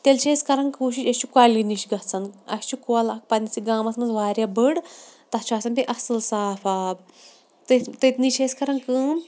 تیٚلہِ چھِ أسۍ کَران کوٗشِش أسۍ چھِ کۄلہِ نِش گَژھان اَسہِ چھِ کۄل اکھ پنسٕے گامَس مَنٛز واریاہ بٔڑۍ تَتھ چھُ آسان بیٚیہِ اصل صاف آب تٔتھۍ تٔتنی چھِ أسۍ کران کٲم